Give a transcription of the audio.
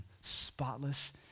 spotless